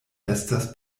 estas